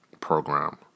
program